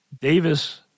Davis